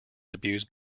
abused